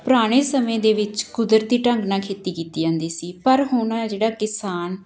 ਪੁਰਾਣੇ ਸਮੇਂ ਦੇ ਵਿੱਚ ਕੁਦਰਤੀ ਢੰਗ ਨਾਲ ਖੇਤੀ ਕੀਤੀ ਜਾਂਦੀ ਸੀ ਪਰ ਹੁਣ ਹੈ ਜਿਹੜਾ ਕਿਸਾਨ